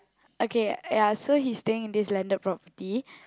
okay ya so he staying in this landed property